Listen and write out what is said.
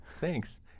Thanks